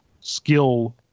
skill